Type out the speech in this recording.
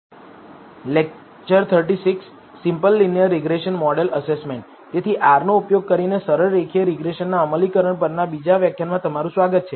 તેથી R નો ઉપયોગ કરીને સરળ રેખીય રીગ્રેસનના અમલીકરણ પરના બીજા વ્યાખ્યાનમાં તમારું સ્વાગત છે